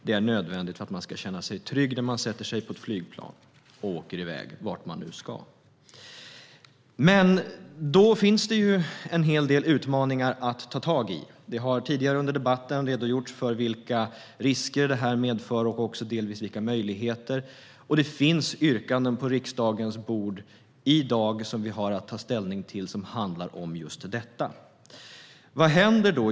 Det är nödvändigt för att man ska känna sig trygg när man sätter sig i ett flygplan och åker dit man ska. Det finns en hel del utmaningar att ta tag i. Det har tidigare under debatten redogjorts för vilka risker detta medför - och delvis även vilka möjligheter. Det finns också på riksdagens bord i dag yrkanden som vi har att ta ställning till och som handlar om just detta. Vad händer då?